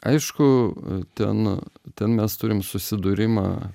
aišku ten ten mes turim susidūrimą